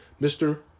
Mr